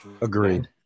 Agreed